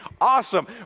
awesome